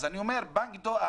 אז אני אומר: בנק דואר,